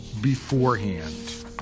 beforehand